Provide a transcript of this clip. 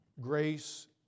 grace